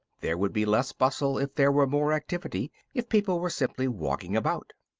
there would be less bustle if there were more activity, if people were simply walking about.